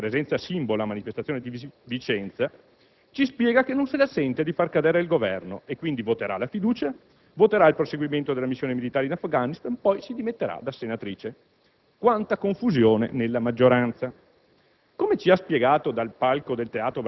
Franca Rame, icona del pacifismo, presenza simbolo alla manifestazione di Vicenza, ci spiega che non se la sente di far cadere il Governo e quindi voterà la fiducia, voterà il proseguimento della missione militare in Afghanistan e poi si dimetterà da senatrice. Quanta confusione nella maggioranza!